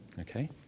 Okay